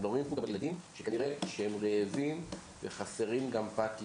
אנחנו מדברים פה על ילדים שכנראה שהם רעבים וחסרים גם פת לחם.